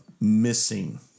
missing